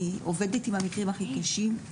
אני עובדת עם המקרים הכי קשים.